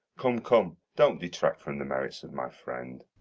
come, come, don't detract from the merits of my friend.